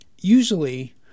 Usually